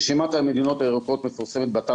רשימת המדינות הירוקות מפורסמת באתר